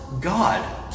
God